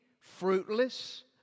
fruitless